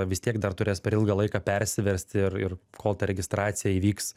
vis tiek dar turės per ilgą laiką persiversti ir ir kol ta registracija įvyks